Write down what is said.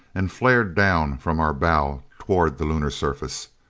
and flared down from our bow toward the lunar surface.